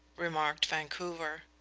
remarked vancouver.